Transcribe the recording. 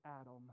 Adam